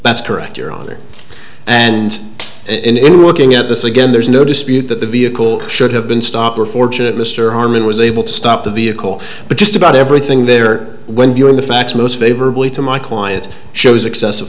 that's correct your honor and it working at this again there's no dispute that the vehicle should have been stopped we're fortunate mr harmon was able to stop the vehicle but just about everything there when you are the facts most favorably to my client shows excessive